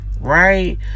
Right